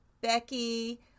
Becky